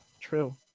true